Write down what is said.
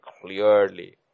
clearly